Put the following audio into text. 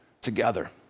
Together